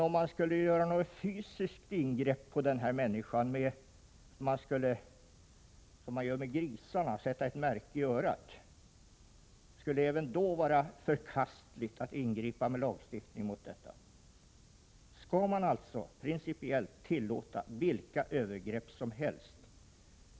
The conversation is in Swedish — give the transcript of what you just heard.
Om man skulle göra något fysiskt ingrepp på den här människan, som man gör t.ex. med grisar, och sätta ett märke i örat — skulle det även då vara förkastligt att ingripa med lagstiftning? Skall alltså principiellt vilka övergrepp som helst tillåtas?